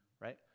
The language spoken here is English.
Right